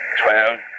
twelve